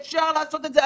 אפשר לעשות את זה.